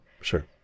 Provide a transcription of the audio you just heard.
Sure